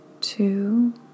two